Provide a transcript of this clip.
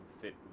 fit